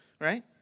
right